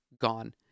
gone